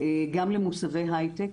גם למוסבי הייטק